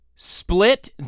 Split